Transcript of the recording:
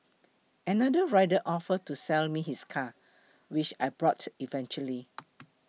another rider offer to sell me his car which I brought eventually